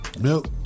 Milk